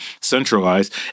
centralized